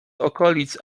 okolic